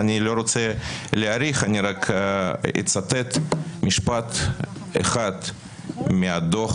אני לא רוצה להאריך אלא אצטט משפט אחד מהדוח